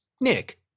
Nick